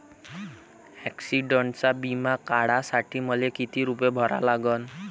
ॲक्सिडंटचा बिमा काढा साठी मले किती रूपे भरा लागन?